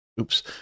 Oops